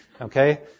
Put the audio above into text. Okay